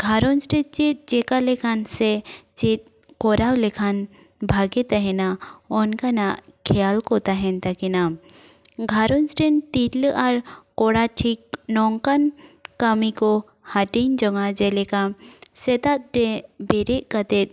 ᱜᱷᱟᱨᱚᱸᱡᱽ ᱨᱮ ᱪᱮᱫ ᱪᱮᱠᱟ ᱞᱮᱠᱷᱟᱱ ᱥᱮ ᱪᱮᱫ ᱠᱚᱨᱟᱣ ᱞᱮᱠᱷᱟᱱ ᱵᱷᱟᱜᱮ ᱛᱟᱦᱮᱱᱟ ᱚᱱᱠᱟᱱᱟᱜ ᱠᱷᱮᱭᱟᱞ ᱠᱚ ᱛᱟᱦᱮᱱ ᱛᱟᱹᱠᱤᱱᱟ ᱜᱷᱟᱨᱚᱸᱡᱽ ᱨᱮᱱ ᱛᱤᱨᱞᱟᱹ ᱟᱨ ᱠᱚᱲᱟ ᱴᱷᱤᱠ ᱱᱚᱝᱠᱟᱱ ᱠᱟᱹᱢᱤ ᱠᱚ ᱦᱟᱹᱴᱤᱧ ᱡᱚᱝᱼᱟ ᱡᱮᱞᱮᱠᱟ ᱥᱮᱛᱟᱜ ᱨᱮ ᱵᱮᱨᱮᱫ ᱠᱟᱛᱮᱫ